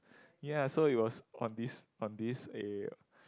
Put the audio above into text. ye so it was on this on this eh